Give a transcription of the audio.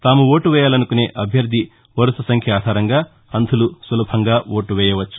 తాము ఓటు వేయాలనుకునే అభ్యర్థి వరుస సంఖ్య ఆధారంగా అంధులు సులభంగా ఓటు వేయవచ్చు